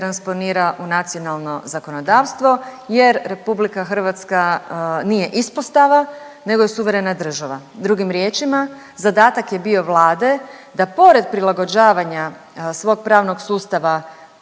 u nacionalno zakonodavstvo jer RH nije ispostava nego je suverena država. Drugim riječima, zadatak je bio Vlade da pored prilagođavanja svog pravnog sustava